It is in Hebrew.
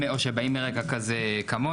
או שבאים מרקע כמוני,